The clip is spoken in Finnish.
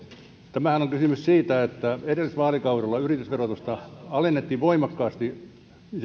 on kysymys siitä että edellisellä vaalikaudella yritysverotusta alennettiin voimakkaasti